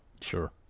sure